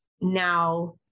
now